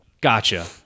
Gotcha